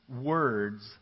words